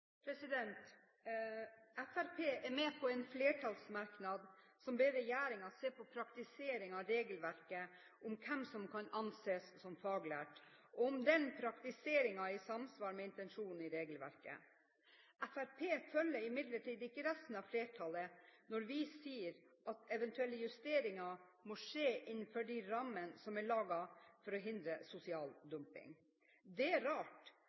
er med på en flertallsmerknad, hvor vi ber regjeringen se på praktiseringen av regelverket om hvem som kan anses som faglært, og om den praktiseringen er i samsvar med intensjonen i regelverket. Fremskrittspartiet følger imidlertid ikke resten av flertallet når vi sier at eventuelle justeringer «må skje innen rammene som er lagt for å forhindre sosial dumping». Det er rart,